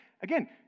Again